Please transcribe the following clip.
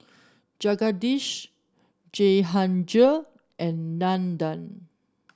Jagadish Jehangirr and Nandan